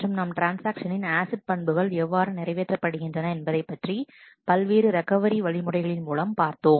மற்றும் நாம் ட்ரான்ஸ்ஆக்ஷனின் ஆசிட் பண்புகள் எவ்வாறு நிறைவேற்றப் படுகின்றன என்பதை பல்வேறு ரெக்கவரி வழிமுறைகள் மூலம் பார்த்தோம்